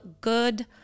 good